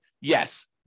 yes